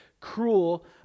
cruel